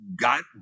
got